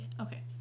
Okay